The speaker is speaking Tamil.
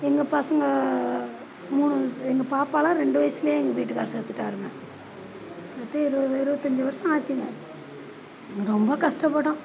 எங்கள் பசங்க மூணு எங்கள் பாப்பாலாம் ரெண்டு வயதுலேயே எங்கள் வீட்டுக்காரர் செத்துட்டாருங்க செத்து இருபது இருபத்தஞ்சி வருஷம் ஆச்சுங்க ரொம்ப கஷ்டப்பட்டோம்